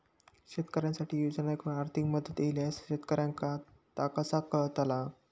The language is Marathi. शेतकऱ्यांसाठी योजना किंवा आर्थिक मदत इल्यास शेतकऱ्यांका ता कसा कळतला?